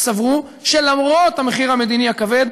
סברו שלמרות המחיר המדיני הכבד,